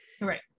Right